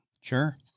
Sure